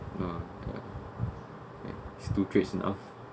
no ah it's too cris~ enough